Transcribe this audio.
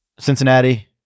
Cincinnati